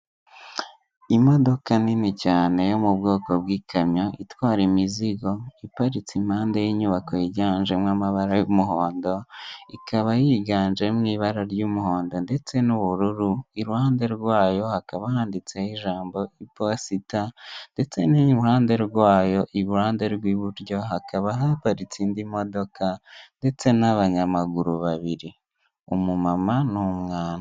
Imodoka isa nk'ivu iri mu muhanda iri kugenda ifite amapine y'umukara, ndetse iruhande rw'iyo modoka hari umumotari uhetse umuntu ku ipikipiki wambaye ijire y'umuhondo ndetse n'ubururu wambaye n'ingoferoy'umukara ndetse n'umutuku.